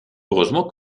heureusement